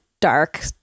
dark